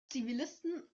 zivilisten